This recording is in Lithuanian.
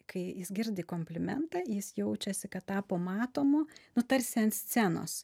kai jis girdi komplimentą jis jaučiasi kad tapo matomu nu tarsi ant scenos